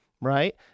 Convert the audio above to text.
right